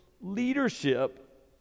Leadership